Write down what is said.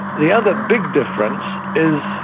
the other big difference is,